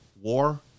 war